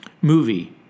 movie